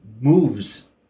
moves